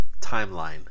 timeline